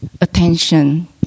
Attention